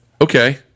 okay